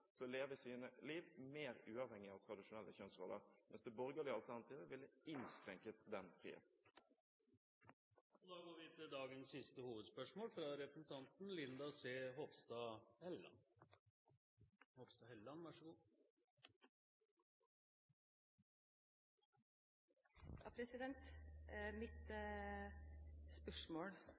sine liv mer uavhengig av tradisjonelle kjønnsroller, mens det borgerlige alternativet ville innskrenket den friheten. Da går vi til dagens siste hovedspørsmål.